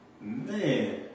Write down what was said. Man